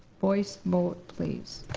voice vote please.